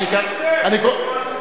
אני יוצא בקריאה שלישית.